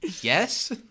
Yes